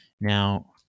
Now